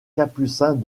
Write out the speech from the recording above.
capucins